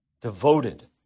devoted